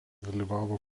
dalyvavo